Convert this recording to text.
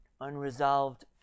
Unresolved